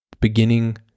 beginning